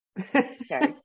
Okay